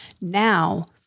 now